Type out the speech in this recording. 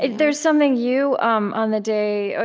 there's something you um on the day,